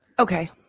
Okay